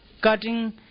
cutting